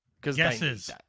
guesses